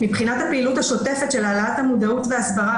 מבחינת הפעילות השוטפת של העלאת המודעות וההסברה,